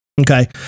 Okay